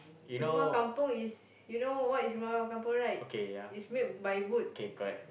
rumah kampung is you know what is rumah kampung right is made by wood